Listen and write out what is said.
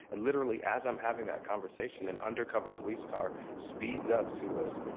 and literally, as i'm having that conversation, an undercover police car speeds up to us.